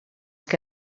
que